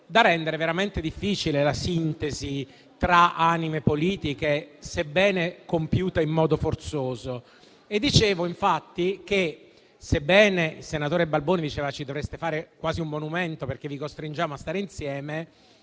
da rendere veramente difficile la sintesi tra anime politiche, sebbene compiuta in modo forzoso. Infatti, sebbene il senatore Balboni dicesse «ci dovreste fare quasi un monumento, perché vi costringiamo a stare insieme»,